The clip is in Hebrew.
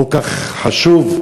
כל כך חשוב,